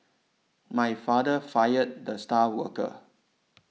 my father fired the star worker